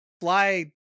fly